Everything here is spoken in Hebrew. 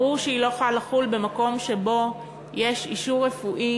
ברור שהיא לא יכולה לחול במקום שבו יש אישור רפואי